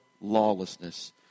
lawlessness